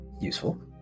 Useful